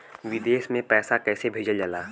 विदेश में पैसा कैसे भेजल जाला?